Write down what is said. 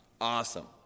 Awesome